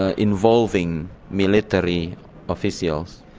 ah involving military officials.